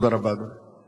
תודה רבה, אדוני.